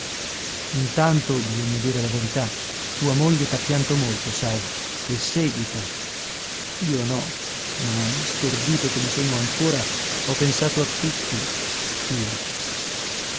intanto bisogna dire la verità tua moglie t'ha pianto molto sai e seguita io no ma stordito come sono ancora ho pensato a tutto io